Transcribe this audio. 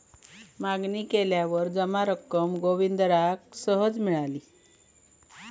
मागणी केल्यावर जमा रक्कम जोगिंदराक सहज मिळाली